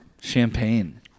champagne